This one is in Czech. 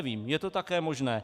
Nevím, je to také možné.